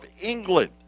England